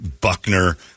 Buckner